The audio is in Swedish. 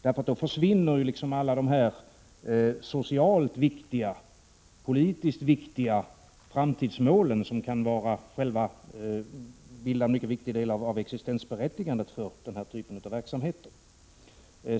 Då försvinner nämligen de socialt och politiskt viktiga framtidsmålen som kan utgöra en mycket stor del av existensberättigandet för denna typ av verksamhet.